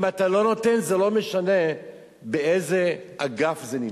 אם אתה לא נותן, זה לא משנה באיזה אגף זה נמצא.